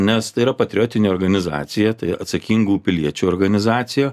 nes tai yra patriotinė organizacija tai atsakingų piliečių organizacija